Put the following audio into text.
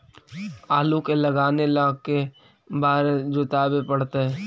आलू के लगाने ल के बारे जोताबे पड़तै?